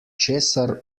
česar